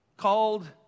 Called